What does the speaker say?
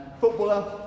footballer